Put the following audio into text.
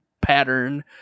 pattern